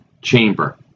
chamber